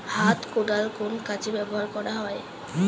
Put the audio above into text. হাত কোদাল কোন কাজে ব্যবহার করা হয়?